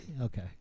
Okay